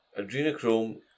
Adrenochrome